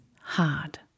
hard